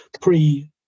pre-